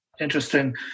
Interesting